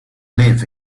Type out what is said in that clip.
live